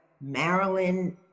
Marilyn